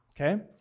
okay